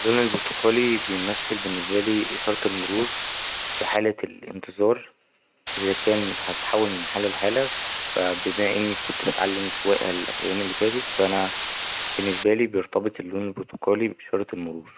اللون البرتقالي بيمثل بالنسبالي إشارة المرور في حالة الإنتظار إذا كان هتتحول من حالة الحالة فا بما إني كنت بتعلم سواقة الأيام اللي فاتت فا أنا بالنسبالي بيرتبط اللون البرتقالي بإشارة المرور.